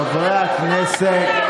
חברי הכנסת,